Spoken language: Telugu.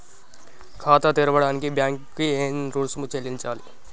ఖాతా తెరవడానికి బ్యాంక్ కి ఎంత రుసుము చెల్లించాలి?